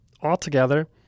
altogether